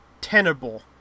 tenable